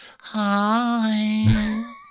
Hi